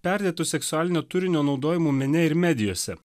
perdėtu seksualinio turinio naudojimu mene ir medijose